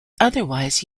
otherwise